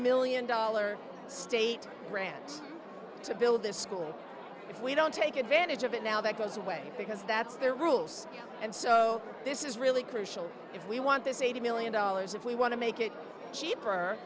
million dollars states grants to build this school if we don't take advantage of it now that goes away because that's their rules and so this is really crucial if we want this eighty million dollars if we want to make it cheaper